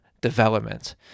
development